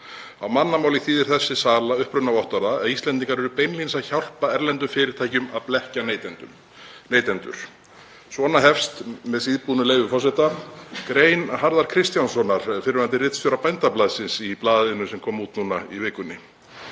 Á mannamáli þýðir þessi sala upprunavottorða að Íslendingar eru beinlínis að hjálpa erlendum fyrirtækjum að blekkja neytendur.“ Svona hefst grein Harðar Kristjánssonar, fyrrverandi ritstjóra Bændablaðsins, í blaðinu sem kom út núna í vikunni,